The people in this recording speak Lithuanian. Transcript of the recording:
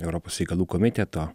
europos reikalų komiteto